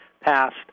passed